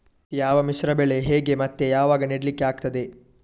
ಯಾವ ಮಿಶ್ರ ಬೆಳೆ ಹೇಗೆ ಮತ್ತೆ ಯಾವಾಗ ನೆಡ್ಲಿಕ್ಕೆ ಆಗ್ತದೆ?